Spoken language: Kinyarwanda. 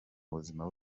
buzima